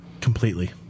completely